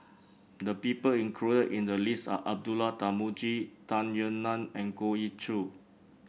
the people included in the list are Abdullah Tarmugi Tung Yue Nang and Goh Ee Choo